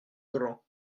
grand